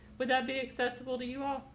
would that be acceptable to you? all?